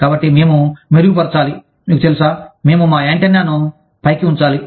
కాబట్టి మేము మెరుగుపరచాలి మీకు తెలుసా మేము మా యాంటెన్నాలను పైకి ఉంచాలి